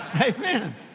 Amen